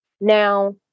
Now